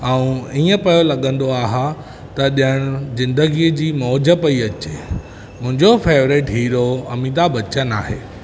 ऐं हीअं पियो लॻंदो आहे त ॼाण ज़िंदगीअ जी मौज पई अचे मुंहिंजो फैवरेट हीरो अमिताभ बच्चन आहे